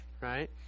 right